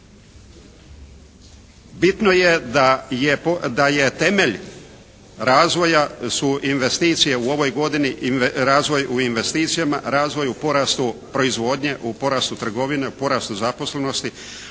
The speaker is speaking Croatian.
bitno je da je temelj razvoja su investicije u ovoj godini i razvoj u investicijama, razvoj u porastu proizvodnje, u porastu trgovine, u porastu zaposlenosti.